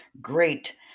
great